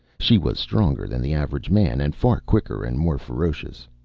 she was stronger than the average man, and far quicker and more ferocious.